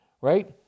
right